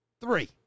Three